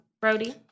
Brody